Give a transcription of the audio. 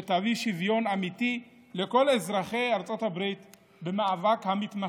שתביא שוויון אמיתי לכל אזרחי ארצות הברית במאבק המתמשך,